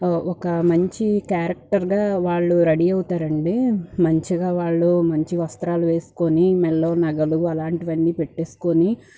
ఒక మంచి క్యారక్టర్గా వాళ్ళు రెడీ అవుతారండి మంచిగా వాళ్ళు మంచిగ వస్త్రాలు వేసుకొని మెడలో నగలు అలాంటివన్నీ పెట్టేసుకొని